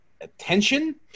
attention